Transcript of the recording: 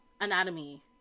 anatomy